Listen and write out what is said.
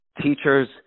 teachers